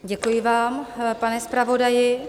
Děkuji vám, pane zpravodaji.